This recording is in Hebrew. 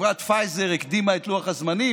חברת פייזר הקדימה את לוח הזמנים,